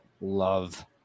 love